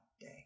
day